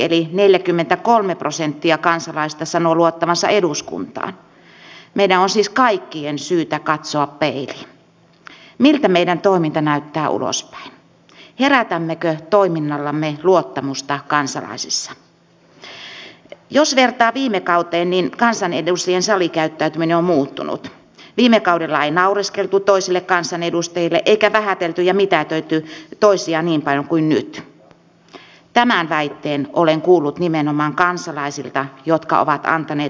kun tarkoitus on että varsinaiset päätökset tehdään vasta seuraavalla hallituskaudella ja ei nyt voi pitää aivan satavarmana että tämä nykyinen hallitus jatkaa toista kautta peräkkäin niin onko tässä käyty riittäviä keskusteluja sen suhteen että ei tehdä turhaa työtä ja toinen hallitus haluaisi katsoa asiaa joltain aivan toiselta pohjalta